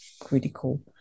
critical